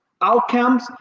outcomes